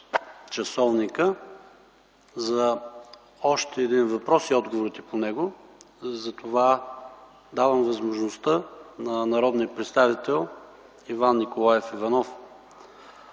време за още един въпрос и отговора по него. Затова давам възможността на народния представител Иван Николаев Иванов